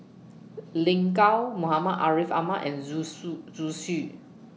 Lin Gao Muhammad Ariff Ahmad and Zhu Su Zhu Xu